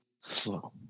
Slow